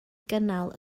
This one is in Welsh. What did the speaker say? gynnal